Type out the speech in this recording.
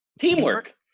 teamwork